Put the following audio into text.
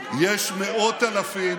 מאות אלפים,